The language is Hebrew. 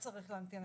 לא צריך להמתין.